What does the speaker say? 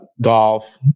golf